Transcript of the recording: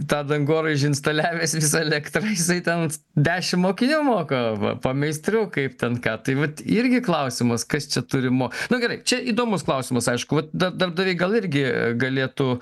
tą dangoraižį instaliavęs visą elektrą jisai ten t dešim mokinių moko va pameistrių kaip ten ką tai vat irgi klausimas kas čia turi mo nu gerai čia įdomus klausimas aišku vat da darbdaviai gal irgi galėtų